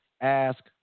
ask